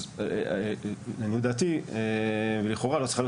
אז לעניות דעתי ולכאורה לא צריכה להיות